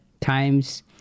times